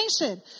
nation